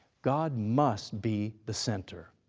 god must be the center.